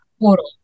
Total